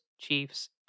Chiefs